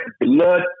blood